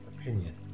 opinion